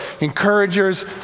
Encouragers